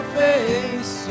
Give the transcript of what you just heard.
face